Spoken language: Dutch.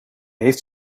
heeft